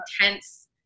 intense